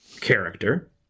character